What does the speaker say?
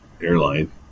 airline